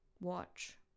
Watch